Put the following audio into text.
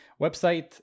website